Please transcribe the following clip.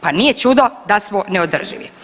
Pa nije čudo da smo neodrživi.